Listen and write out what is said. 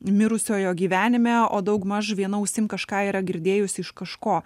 mirusiojo gyvenime o daugmaž viena ausim kažką yra girdėjus iš kažko